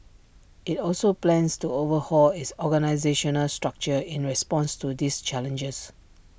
IT also plans to overhaul its organisational structure in response to these challenges